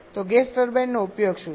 તો ગેસ ટર્બાઇનનો ઉપયોગ શું છે